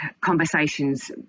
conversations